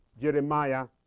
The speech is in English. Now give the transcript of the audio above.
Jeremiah